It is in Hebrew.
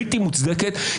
בלתי מוצדקת.